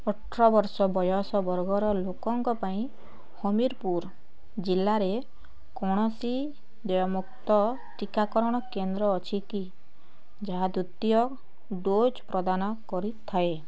ଅଠର ବର୍ଷ ବୟସ ବର୍ଗର ଲୋକଙ୍କ ପାଇଁ ହମୀରପୁର ଜିଲ୍ଲାରେ କୌଣସି ଦେୟମୁକ୍ତ ଟିକାକରଣ କେନ୍ଦ୍ର ଅଛି କି ଯାହା ଦ୍ୱିତୀୟ ଡ଼ୋଜ୍ ପ୍ରଦାନ କରିଥାଏ